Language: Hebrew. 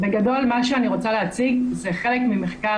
בגדול מה שאני רוצה להציג זה חלק ממחקר